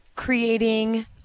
creating